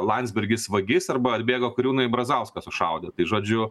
landsbergis vagis arba atbėgo kariūnai ir brazauską sušaudė tai žodžiu